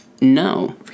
No